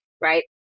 Right